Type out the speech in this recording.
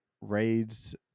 raids